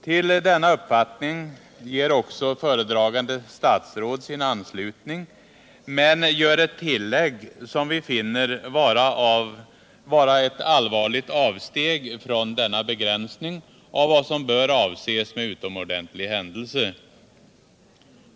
Till denna uppfattning ger också föredragande statsrådet sin anslutning, men han gör ett tillägg som vi finner vara ett allvarligt avsteg från denna begränsning av vad som bör avses med utomordentlig händelse.